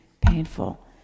painful